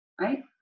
right